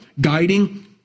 guiding